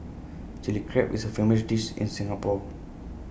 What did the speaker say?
Chilli Crab is A famous dish in Singapore